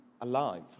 alive